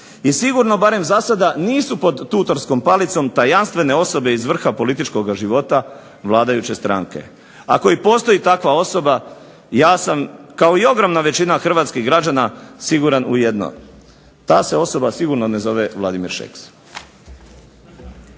I sigurno, barem zasada, nisu pod tutorskom palicom tajanstvene osobe iz vrha političkoga života vladajuće stranke. Ako i postoji takva osoba, ja sam kao i ogromna većina hrvatskih građana siguran u jedno, ta se osoba sigurno ne zove Vladimir Šeks.